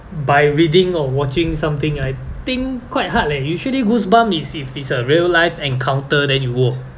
by reading or watching something I think quite hard leh usually goosebump is if it's a real life encounter then you !whoa!